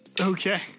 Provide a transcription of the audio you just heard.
Okay